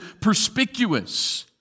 perspicuous